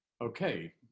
okay